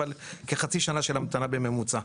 אבל כחצי שנה של המתנה בממוצע.